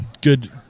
good